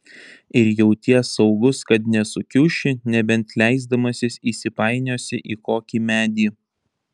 ir jauties saugus kad nesukiuši nebent leisdamasis įsipainiosi į kokį medį